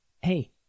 hey